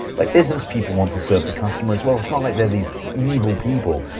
like businesspeople want to serve the customer as well. it's not like they're these evil people.